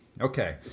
okay